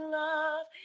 love